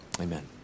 Amen